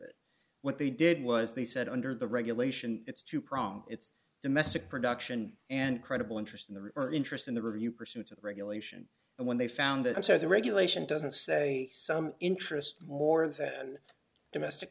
it what they did was they said under the regulation it's two prong it's domestic production and credible interest in the return interest in the review pursuit of regulation and when they found that so the regulation doesn't say some interest more than domestic